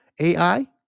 AI